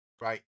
Right